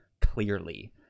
clearly